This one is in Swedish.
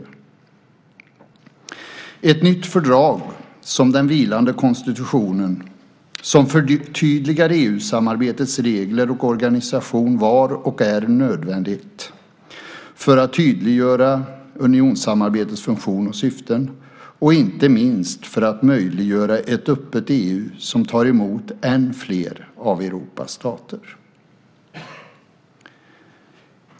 Ett nytt fördrag som den vilande konstitutionen som förtydligar EU-samarbetets regler och organisation var och är nödvändigt för att tydliggöra unionssamarbetets funktion och syften och inte minst för att möjliggöra ett öppet EU som tar emot ännu fler av Europas stater.